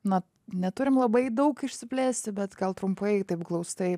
na neturim labai daug išsiplėsti bet gal trumpai taip glaustai